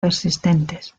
persistentes